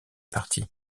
partie